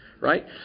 Right